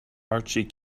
archie